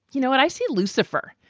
you know what i say, lucifer?